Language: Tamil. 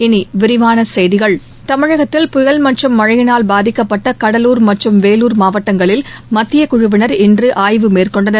இனி விரிவான செய்திகள் தமிழகத்தில் புயல் மற்றும் மழையினால் பாதிக்கப்பட்ட கடலூர் வேலூர் மாவட்டங்களில் மத்தியகுழுவினர் இன்று ஆய்வு மேற்கொண்டனர்